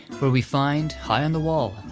where we find, high on the wall,